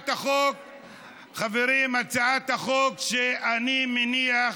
חברים, הצעת החוק שאני מניח